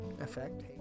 effect